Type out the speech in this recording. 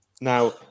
Now